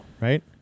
right